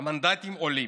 המנדטים עולים.